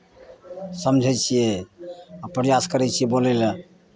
समझै छियै आ प्रयास करै छियै बोलय लेल